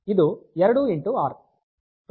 ಇದು 2 r 24 bits ಆಗಿದೆ